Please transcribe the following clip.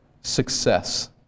success